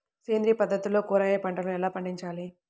సేంద్రియ పద్ధతుల్లో కూరగాయ పంటలను ఎలా పండించాలి?